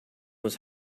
was